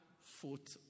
foot